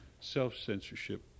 self-censorship